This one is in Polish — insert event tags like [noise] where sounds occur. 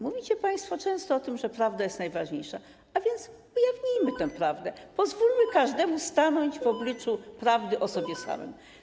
Mówicie państwo często o tym, że prawda jest najważniejsza, a więc ujawnijmy tę prawdę, [noise] pozwólmy każdemu stanąć w obliczu prawdy o sobie samym.